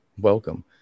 Welcome